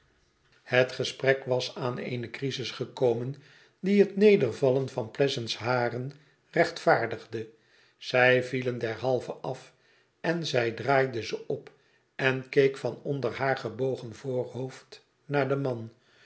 het gesprek was aan eene cnsis gekomen die het nedervallen van pleasant's haren rechtvaardigde zij vielen derhalve af en zij draaide ze op en keek van onder haar gebogen voorhoofd naar den man